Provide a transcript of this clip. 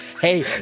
hey